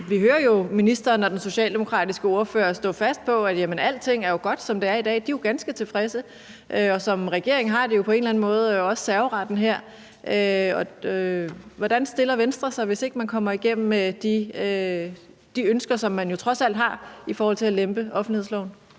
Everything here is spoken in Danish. Vi hører jo ministeren og den socialdemokratiske ordfører stå fast på, at alting er godt, som det er i dag. De er ganske tilfredse, og som regering har de jo også på en eller anden måde serveretten. Hvordan stiller Venstre sig, hvis man ikke kommer igennem med de ønsker, som man trods alt har, om at lempe offentlighedsloven?